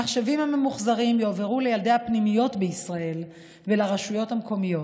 המחשבים הממוחזרים יועברו לילדי הפנימיות בישראל ולרשויות המקומיות.